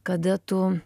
kada tu